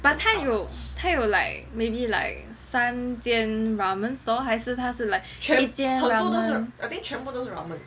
but 它有 like maybe like 三间 ramen stall 还是三间 ramen